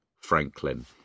Franklin